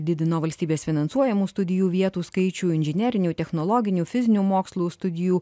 didino valstybės finansuojamų studijų vietų skaičių inžinerinių technologinių fizinių mokslų studijų